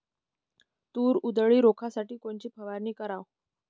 तूर उधळी रोखासाठी कोनची फवारनी कराव?